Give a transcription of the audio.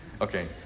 Okay